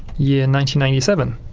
yeah ninety ninety seven.